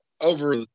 over